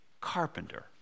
carpenter